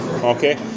Okay